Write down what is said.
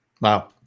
Wow